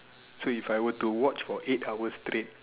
so if I were to watch for eight hours straight